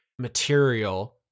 material